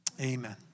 Amen